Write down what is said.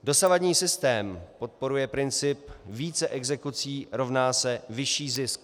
Dosavadní systém podporuje systém: více exekucí rovná se vyšší zisk.